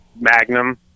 Magnum